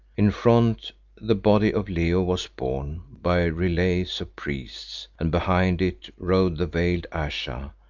in front the body of leo was borne by relays of priests, and behind it rode the veiled ayesha,